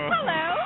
Hello